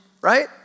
right